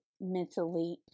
mentally